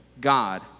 God